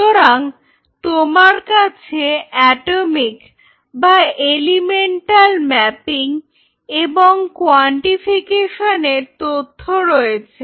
সুতরাং তোমার কাছে অ্যাটমিক বা এলিমেন্টাল ম্যাপিং এবং কোয়ান্টিফিকেশন এর তথ্য রয়েছে